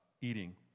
eating